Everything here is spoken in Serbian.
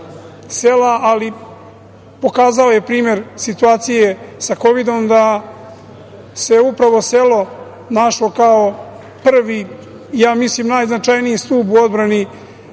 sela, ali pokazao je primer situacije sa Kovidom da se upravo selo našlo kao prvi, ja mislim i najznačajniji, u odbrani